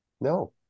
No